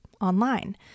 online